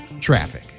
Traffic